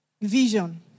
Vision